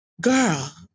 girl